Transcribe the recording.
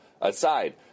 aside